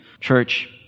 church